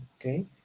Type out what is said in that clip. okay